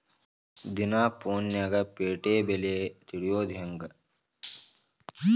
ದಿನಾ ಫೋನ್ಯಾಗ್ ಪೇಟೆ ಬೆಲೆ ತಿಳಿಯೋದ್ ಹೆಂಗ್?